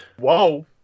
Whoa